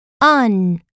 Un